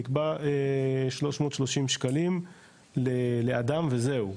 נקבע 330 שקלים לאדם וזהו,